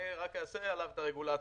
אני רק אעשה עליו רגולציה,